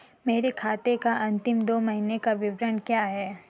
मेरे खाते का अंतिम दो महीने का विवरण क्या है?